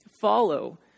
follow